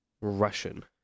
Russian